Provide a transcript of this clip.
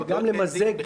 וגם למזג את שתי ההצעות.